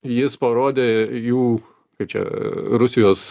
jis parodė jų kaip čia rusijos